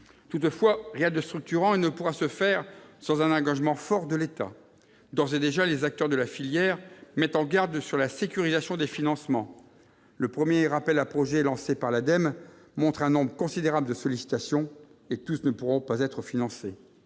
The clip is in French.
Toutefois, rien de structurant ne pourra se faire sans un engagement fort de l'État. D'ores et déjà, les acteurs de la filière mettent en garde sur la sécurisation des financements. Le premier appel à projets lancé par l'Ademe montre un nombre considérable de sollicitations, et toutes ne pourront pas être financées.